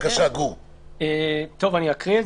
אקריא.